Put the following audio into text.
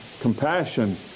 compassion